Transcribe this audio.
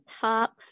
top